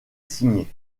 signés